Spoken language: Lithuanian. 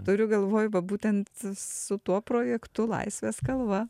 turiu galvoj va būtent su tuo projektu laisvės kalva